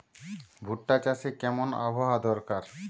ভুট্টা চাষে কেমন আবহাওয়া দরকার?